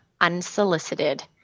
unsolicited